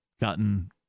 gotten